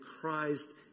Christ